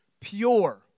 pure